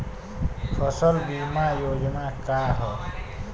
फसल बीमा योजना का ह?